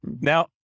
Now